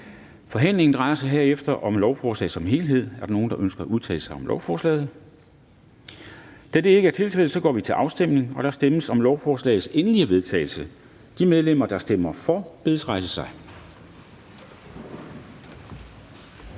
Forhandlingerne drejer sig derefter om lovforslaget som helhed. Er der nogen, der ønsker at udtale sig om lovforslaget? Da det ikke er tilfældet, går vi til afstemning. Kl. 09:53 Afstemning Formanden (Henrik Dam Kristensen): Der stemmes om lovforslagets endelige vedtagelse. De medlemmer, der stemmer for, bedes rejse sig.